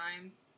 times